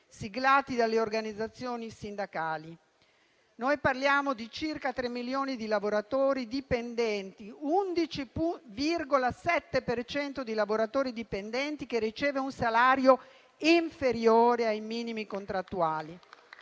siglati dalle organizzazioni sindacali. Parliamo di circa 3 milioni di lavoratori dipendenti, l'11,7 per cento di lavoratori dipendenti che riceve un salario inferiore ai minimi contrattuali.